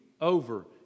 over